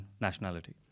nationality